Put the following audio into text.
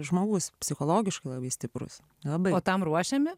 žmogus psichologiškai labai stiprus labai o tam ruošiami